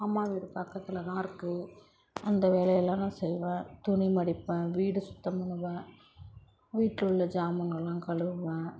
அம்மா வீடு பக்கத்தில் தான் இருக்கு இந்த வேலையெல்லாம் நான் செய்வேன் துணி மடிப்பேன் வீடு சுத்தம் பண்ணுவேன் வீட்டில் உள்ள ஜமான்கள் எல்லாம் கழுவுவேன்